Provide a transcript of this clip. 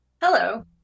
hello